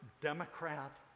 Democrat